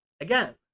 again